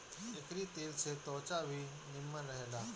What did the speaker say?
एकरी तेल से त्वचा भी निमन रहेला